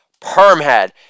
Permhead